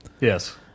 Yes